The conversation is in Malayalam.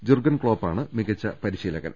ജുർഗൻ ക്ലോപ്പാണ് മികച്ച പരിശീലകൻ